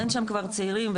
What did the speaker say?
אין שם כבר צעירים.